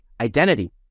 identity